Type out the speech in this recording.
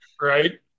right